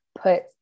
put